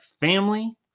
family